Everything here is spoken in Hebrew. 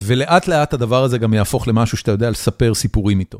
ולאט לאט הדבר הזה גם יהפוך למשהו שאתה יודע לספר סיפורים איתו.